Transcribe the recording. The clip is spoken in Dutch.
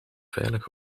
veilig